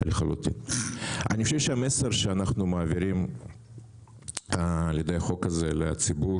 אני חושב שהמסר שאנחנו מעבירים על-ידי החוק הזה לציבור